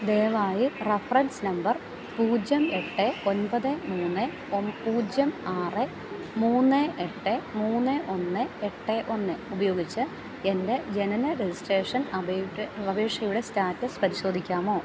ദയവായി reference number പൂജ്യം എട്ട് ഒമ്പത് മൂന്ന് പൂജ്യം ആറ് മൂന്ന് എട്ട് മൂന്ന് ഒന്ന് എട്ട് ഒന്ന് ഉപയോഗിച്ച് എൻ്റെ ജനന രജിസ്ട്രേഷൻ അപേ അപേക്ഷയുടെ സ്റ്റാറ്റസ് പരിശോധിക്കാമോ